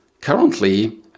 currently